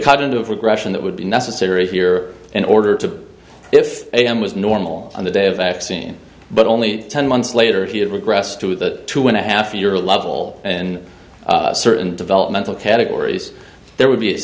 cognitive regression that would be necessary here in order to if am was normal on the day of vaccine but only ten months later he had regressed to the two and a half year old lovelle in certain developmental categories there would be a